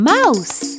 Mouse